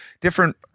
different